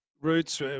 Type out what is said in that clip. Roots